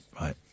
right